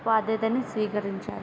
బాధ్యతని స్వీకరించి